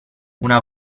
una